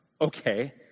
okay